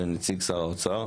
ונציג שר האוצר,